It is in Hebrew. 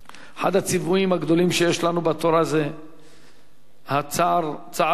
אחד הציוויים הגדולים שיש לנו בתורה זה צער בעלי-חיים,